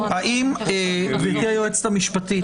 גברתי היועצת המשפטית,